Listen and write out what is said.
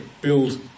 build